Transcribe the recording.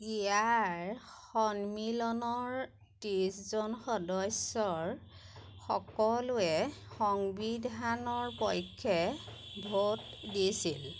ইয়াৰ সন্মিলনৰ ত্ৰিছজন সদস্যৰ সকলোৱে সংবিধানৰ পক্ষে ভোট দিছিল